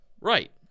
Right